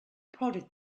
prodded